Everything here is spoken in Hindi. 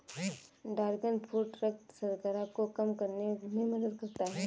ड्रैगन फ्रूट रक्त शर्करा को कम करने में मदद करता है